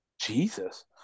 Jesus